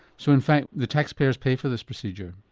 so in fact the taxpayers pay for this procedure?